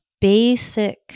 basic